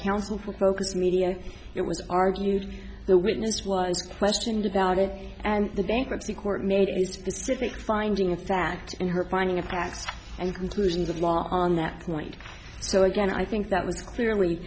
counsel for focus media it was argued that witness was prescient about it and the bankruptcy court made a specific finding of fact in her finding a patent and conclusions of law on that point so again i think that was clearly